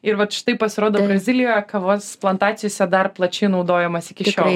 ir vat štai pasirodo brazilijoje kavos plantacijose dar plačiai naudojamas iki šiol